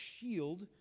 shield